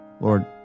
Lord